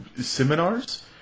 seminars